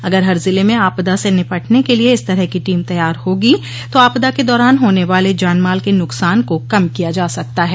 अगर हर जिले में आपदा से निपटने के लिए इस तरह की टीम तैयार होगी तो आपदा के दौरान होने वाले जान माल के नुकसान को कम किया जा सकता हैं